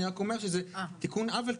אני רק אומר שזה תיקון עוול,